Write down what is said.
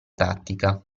tattica